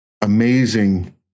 amazing